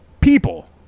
people